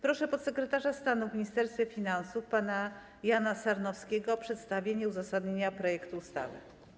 Proszę podsekretarza stanu w Ministerstwie Finansów pana Jana Sarnowskiego o przedstawienie uzasadnienia projektu ustawy.